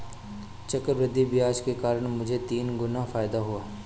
चक्रवृद्धि ब्याज के कारण मुझे तीन गुना फायदा हुआ